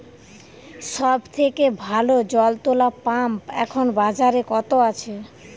সব থেকে ভালো জল তোলা পাম্প এখন বাজারে কত আছে?